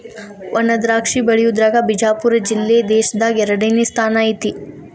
ವಣಾದ್ರಾಕ್ಷಿ ಬೆಳಿಯುದ್ರಾಗ ಬಿಜಾಪುರ ಜಿಲ್ಲೆ ದೇಶದಾಗ ಎರಡನೇ ಸ್ಥಾನ ಐತಿ